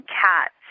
cats